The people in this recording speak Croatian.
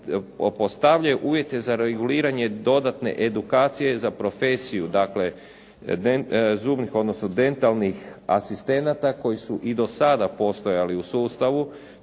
postavljaju uvjete za reguliranje dodatne edukacije za profesiju dakle zubnih odnosno dentalnih asistenata koji su i do sada postojali u sustavu.